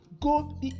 Go